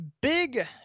big